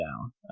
down